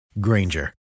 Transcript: Granger